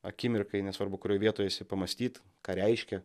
akimirkai nesvarbu kurioj vietoj esi pamąstyt ką reiškia